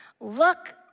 Look